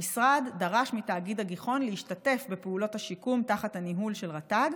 המשרד דרש מתאגיד הגיחון להשתתף בפעולות השיקום תחת הניהול של רט"ג,